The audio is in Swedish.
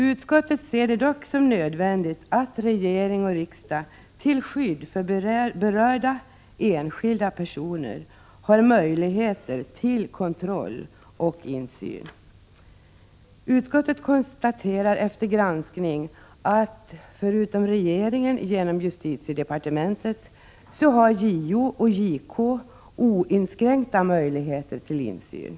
Utskottet ser det dock som nödvändigt att regering och riksdag, till skydd för berörda enskilda personer, har möjligheter till kontroll och insyn. Utskottet konstaterar efter granskning att — förutom regeringen genom justitiedepartementet — JO och JK har oinskränkta möjligheter till insyn.